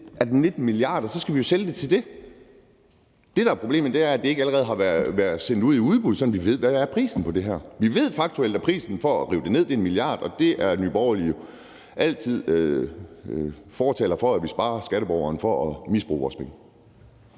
Er det 19 mia. kr. værd, skal vi jo sælge det for det. Det, der er problemet, er, at det ikke allerede har været sendt i udbud, sådan at vi ved, hvad prisen på det her er. Vi ved faktuelt, at prisen for at rive det ned er 1 mia. kr., og Nye Borgerlige er altid fortalere for, at vi sparer skatteborgerne for misbrug af deres penge.